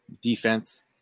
defense